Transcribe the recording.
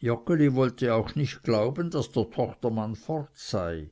joggeli wollte auch nicht glauben daß der tochtermann fort sei